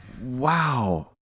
Wow